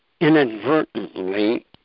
inadvertently